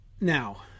Now